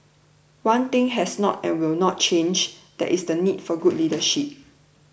one thing has not and will not change that is the need for good leadership